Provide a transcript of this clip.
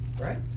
right